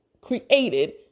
created